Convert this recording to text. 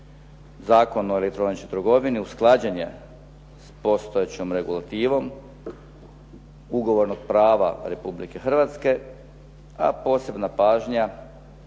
Zakon o elektroničkoj trgovini usklađen je s postojećom regulativom ugovornog prava Republike Hrvatske, a posebna pažnja